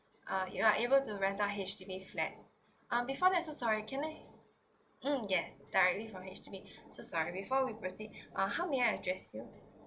uh you are able to rent out H_D_B flat um before that so sorry can I mm yes directly from H_D_B so sorry before we proceed uh how may I address you